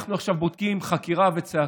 אנחנו עכשיו בודקים, חקירה וצעקות.